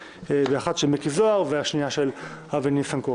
האחת בראשותו של מיקי זוהר והשנייה בראשותו של אבי ניסנקורן.